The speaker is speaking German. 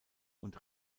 und